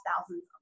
thousands